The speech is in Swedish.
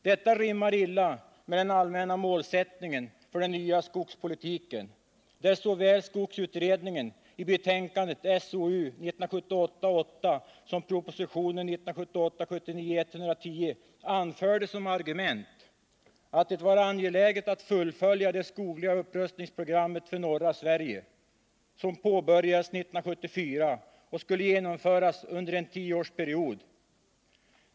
Detta rimmar illa med den allmänna målsättningen för den nya skogspolitiken, där såväl skogsutredningen i betänkandet SOU 1978:8 som regeringen i propositionen 1978/79:110 anförde som argument att det var angeläget att fullfölja det skogliga upprustningsprogrammet för norra Sverige, som påbörjades 1974 och skulle genomföras under en tioårsperiod.